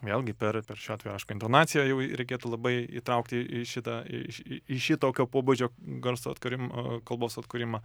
vėlgi per per šiuo atveju aišku intonaciją jau reikėtų labai įtraukti į šitą į į šitokio pobūdžio garso atkūrimo kalbos atkūrimą